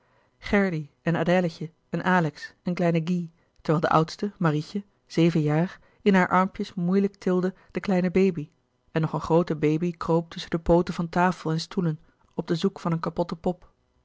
gerdy en adèletje en alex en kleinen guy terwijl de oudste marietje zeven jaar in haar armpjes moeilijk tilde de kleine baby en nog een groote baby kroop tusschen de pooten van tafel en stoelen op den zoek van een kapotte pop